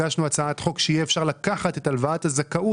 הגשנו הצעת חוק שיהיה אפשר לקחת את הלוואת הזכאות,